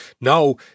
now